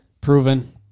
proven